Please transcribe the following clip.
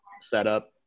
setup